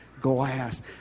glass